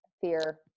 fear